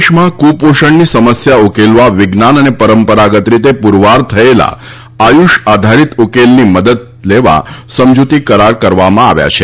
દેશમાં ક્રપોષણની સમસ્યા ઉકેલવા માટે વિજ્ઞાન અને પરંપરાગત રીતે પ્રવાર થયેલા આયુષ આધારીત ઉકેલની મદદ લેવા સમજૂતી કરાર કરવામાં આવ્યા છે